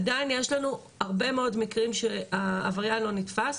עדיין יש לנו הרבה מאוד מקרים שהעבריין לא נתפס,